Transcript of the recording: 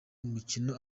umukino